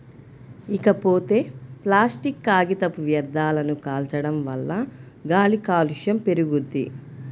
ఇకపోతే ప్లాసిట్ కాగితపు వ్యర్థాలను కాల్చడం వల్ల గాలి కాలుష్యం పెరుగుద్ది